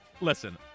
listen